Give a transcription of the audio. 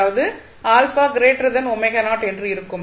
அதாவது என்று இருக்கும்